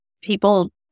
people